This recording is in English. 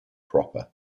proper